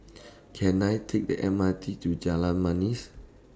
Can I Take The M R T to Jalan Manis